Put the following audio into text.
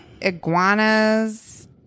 iguanas